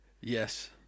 Yes